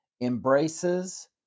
embraces